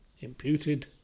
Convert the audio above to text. imputed